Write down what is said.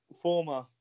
former